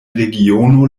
regiono